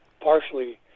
partially